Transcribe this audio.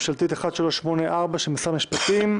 (מ/1384) של משרד המשפטים.